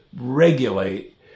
regulate